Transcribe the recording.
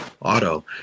auto